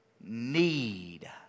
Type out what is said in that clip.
need